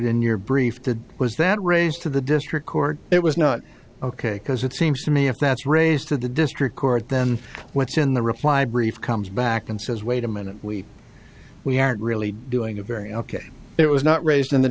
in your brief that was that range to the district court it was not ok because it seems to me if that's raised to the district court then what's in the reply brief comes back and says wait a minute we we aren't really doing a very ok it was not raised in the